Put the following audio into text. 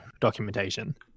documentation